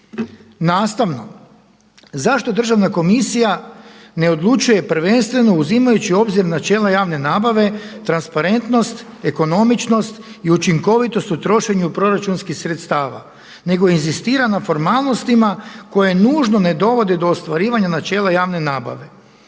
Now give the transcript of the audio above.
Nastavno zašto Državna komisija ne odlučuje prvenstveno uzimajući u obzir načela javne nabave, transparentnost, ekonomičnost i učinkovitost u trošenju proračunskih sredstava nego inzistira na formalnostima koje nužno ne dovode do ostvarivanja načela javne nabave.